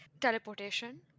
teleportation